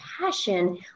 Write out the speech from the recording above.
passion